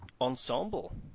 ensemble